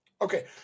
Okay